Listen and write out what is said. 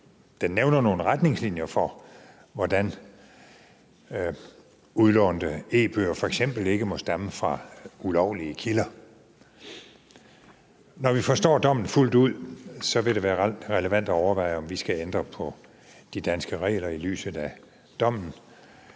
nævner nogle retningslinjer for, hvordan udlånte e-bøger f.eks. ikke må stamme fra ulovlige kilder. Når vi forstår dommen fuldt ud, vil det være relevant at overveje, om vi skal ændre på de danske regler i lyset af dommen.